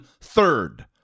third